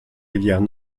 rivières